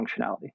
functionality